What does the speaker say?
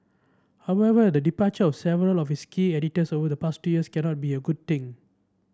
however the departure of several of its key editors over the past two years cannot be a good thing